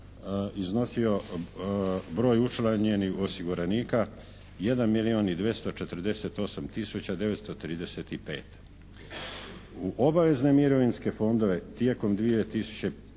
iznosio broj učlanjenih osiguranika 1 milijuna i 248 tisuća 935. U obavezne mirovinske fondove tijekom 2005.